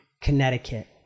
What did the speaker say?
connecticut